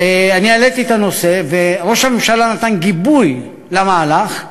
העליתי את הנושא וראש הממשלה נתן גיבוי למהלך.